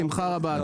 בשמחה רבה.